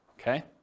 okay